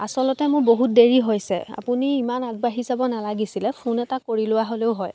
আচলতে মোৰ বহুত দেৰি হৈছে আপুনি ইমান আগবাঢ়ি যাব নালাগিছিলে ফোন এটা কৰি লোৱা হ'লেও হয়